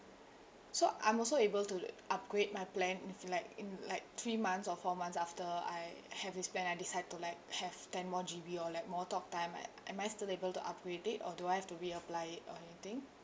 so I'm also able to upgrade my plan with like in like three months or four months after I have this plan I decide to like have ten more G_B or like more talk time am I still able to upgrade it or do I have to reapply it or anything